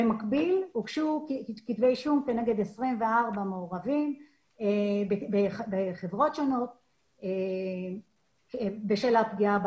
במקביל הוגשו כתבי אישום כנגד 24 מעורבים בחרות שונות בשל הפגיעה